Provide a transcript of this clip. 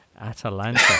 Atalanta